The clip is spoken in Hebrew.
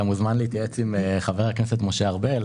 אתה מוזמן להתייעץ עם חבר הכנסת משה ארבל,